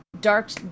Dark